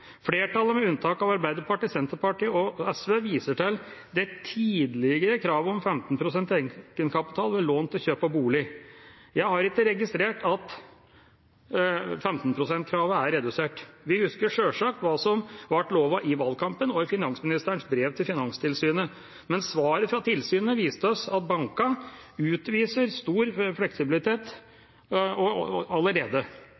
med unntak av Arbeiderpartiet, Senterpartiet og SV, viser til «det tidlegare kravet om 15 pst. eigenkapital ved lån av kjøp til bustad». Jeg har ikke registrert at 15 pst.-kravet er redusert. Vi husker sjølsagt hva som ble lovet i valgkampen og i finansministerens brev til Finanstilsynet, men svaret fra tilsynet viste oss at bankene utviser stor